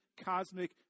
cosmic